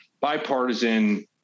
bipartisan